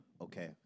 Okay